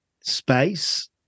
space